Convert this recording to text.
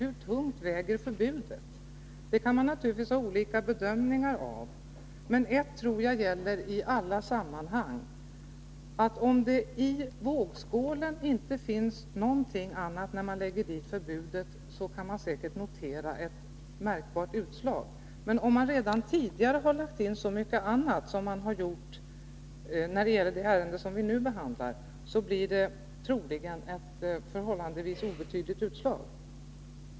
Hur tungt väger förbudet? Det kan man ha olika bedömningar av, men ett tror jag gäller i alla sammanhang: Om det i vågskålen inte finns någonting annat när man lägger dit förbudet, så kan man säkert notera ett märkbart utslag, men om det redan tidigare har lagts in så mycket annat som vi har gjort i det ärende vi nu behandlar, så blir det troligen ett förhållandevis obetydligt utslag.